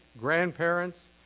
grandparents